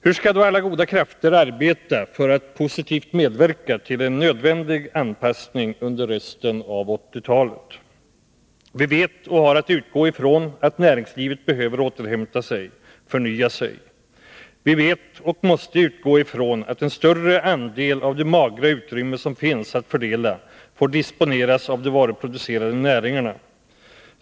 Hur skall då alla goda krafter arbeta för att positivt medverka till en nödvändig anpassning under resten av 1980-talet? Vi vet och har att utgå från att näringslivet behöver återhämta sig och förnya sig. Vi vet och måste utgå från att en större andel av det magra utrymme som finns att fördela får disponeras av de varuproducerande näringarna.